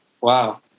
wow